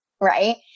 right